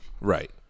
Right